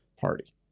party